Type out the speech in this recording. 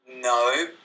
No